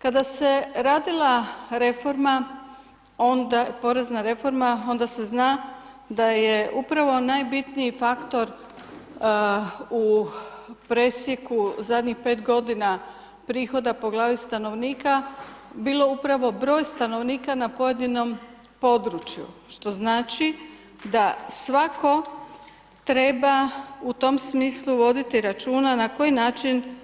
Kada se radila reforma, porezna reforma, onda se zna da je upravo najbitniji faktor u presjeku zadnjih 5 godina prihoda po glavi stanovnika bilo upravo broj stanovnika na pojedinom području, što znači da svatko treba u tom smislu voditi računa na koji način